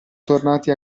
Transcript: tornati